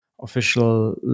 official